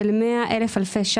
פנייה אחרונה להיום, פנייה 164,